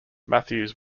matthews